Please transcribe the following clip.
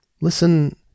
Listen